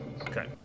okay